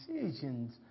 decisions